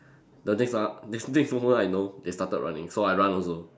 the next ah next next moment I know they started running so I run also